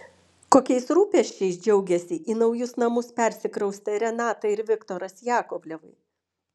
kokiais rūpesčiais džiaugiasi į naujus namus persikraustę renata ir viktoras jakovlevai